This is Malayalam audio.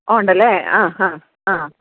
ഉണ്ടല്ലേ ആഹാ ആ